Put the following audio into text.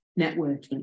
networking